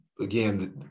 Again